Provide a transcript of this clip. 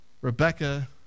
Rebecca